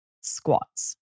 squats